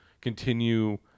continue –